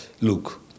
look